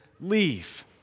leave